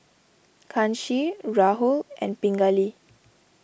Kanshi Rahul and Pingali